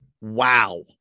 wow